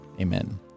Amen